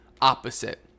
opposite